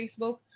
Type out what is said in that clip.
Facebook